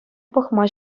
пӑхма